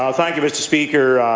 ah thank you, mr. speaker.